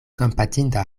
kompatinda